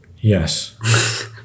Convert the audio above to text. yes